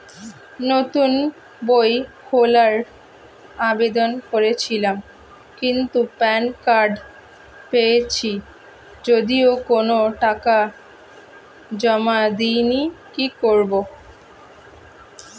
নতুন বই খোলার আবেদন করেছিলাম কিন্তু প্যান কার্ড পেয়েছি যদিও কোনো টাকা জমা দিইনি কি করব?